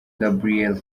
gabriel